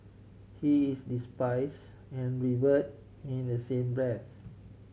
he is despise and revered in the same breath